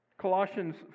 Colossians